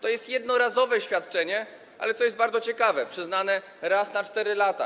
To jest jednorazowe świadczenie, ale co jest bardzo ciekawe - przyznane raz na 4 lata.